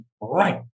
right